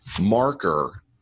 marker